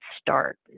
start